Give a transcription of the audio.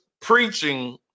preaching